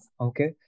Okay